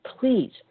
Please